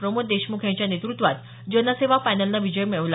प्रमोद देशमुख यांच्या नेतृत्वात जनसेवा पॅनलने विजय मिळवला